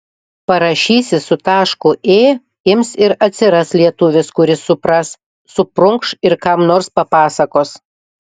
parašysi su tašku ė ims ir atsiras lietuvis kuris supras suprunkš ir kam nors papasakos